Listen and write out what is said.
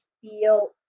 feel